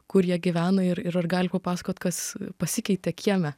kur jie gyvena ir ir ar gali papasakot kas pasikeitė kieme